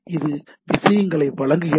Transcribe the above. இது விஷயங்களை வழங்குகிறது